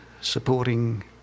supporting